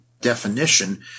definition